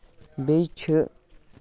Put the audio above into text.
بیٚیہِ چھِ